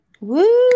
Woo